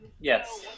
yes